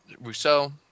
Rousseau